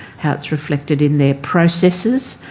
how it's reflected in their processes,